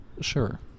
Sure